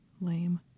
Lame